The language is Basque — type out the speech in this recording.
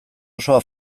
osoa